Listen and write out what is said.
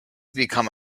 become